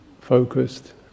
focused